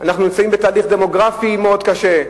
אנחנו נמצאים בתהליך דמוגרפי מאוד קשה.